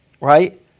Right